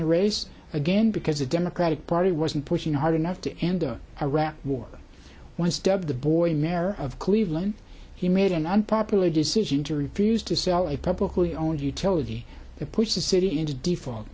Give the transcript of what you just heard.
the race again because the democratic party wasn't pushing hard enough to end the iraq war once dubbed the boy mare of cleveland he made an unpopular decision to refuse to sell a publicly owned utility to push the city into default